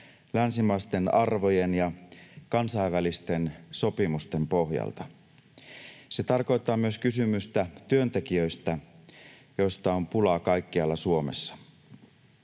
länsimaisten arvojen ja kansainvälisten sopimusten pohjalta. Se tarkoittaa myös kysymystä työntekijöistä, joista on pulaa kaikkialla Suomessa.